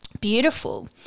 beautiful